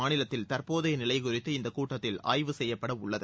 மாநிலத்தில் தற்போதைய நிலை குறித்து இந்தக் கூட்டத்தில் ஆய்வு செய்யப்பட உள்ளது